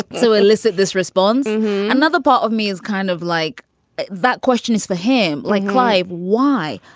so elicit this response another part of me is kind of like that question is for him, like clive, why?